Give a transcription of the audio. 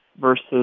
versus